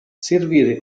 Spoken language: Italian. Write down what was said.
servire